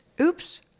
oops